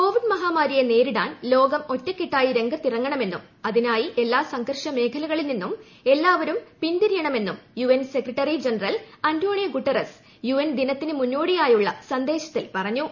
Covid മഹാമാരിയെ നേരിടാൻ ലോകം ഒറ്റക്കെട്ടായ് രംഗത്തിറങ്ങണമെന്നും അതിനായ് എല്ലാ സംഘർഷ മേഖലകളിൽ നിന്നും എല്ലാവരും പിന്തിരിയണമെന്നും UN secretary general Antonio Guterres UN ദിന സന്ദേശത്തിൽ പറഞ്ഞു